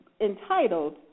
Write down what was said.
entitled